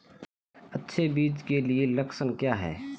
अच्छे बीज के लक्षण क्या हैं?